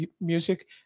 music